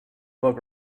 bug